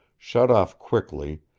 shut off quickly,